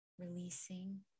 releasing